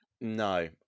No